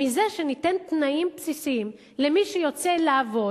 מזה שניתן תנאים בסיסיים למי שיוצא לעבוד,